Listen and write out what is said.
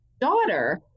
daughter